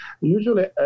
usually